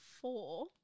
four